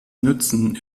nützen